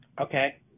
Okay